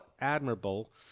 admirable